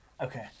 Okay